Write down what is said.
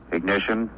Ignition